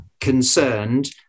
concerned